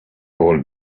old